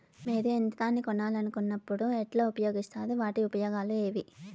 మీరు యంత్రాన్ని కొనాలన్నప్పుడు ఉన్నప్పుడు ఎట్లా ఉపయోగిస్తారు వాటి ఉపయోగాలు ఏవి?